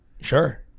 Sure